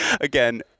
again